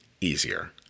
easier